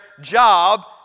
job